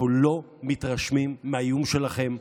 אנחנו לא מתרשמים מהאיומים שלכם.